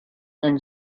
and